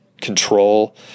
control